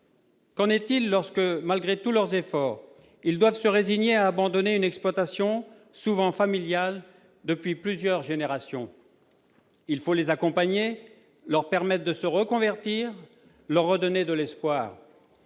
Qu'en est-il lorsque, malgré tous leurs efforts, ils doivent se résigner à abandonner une exploitation souvent familiale depuis plusieurs générations ? Il faut les accompagner, leur permettre de se reconvertir, leur redonner de l'espoir.